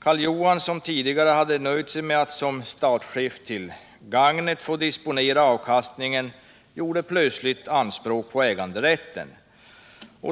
Karl Johan, som tidigare hade nöjt sig med att såsom statschef till gagnet få disponera avkastningen, gjorde nu plötsligt anspråk på äganderätten.